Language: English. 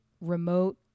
remote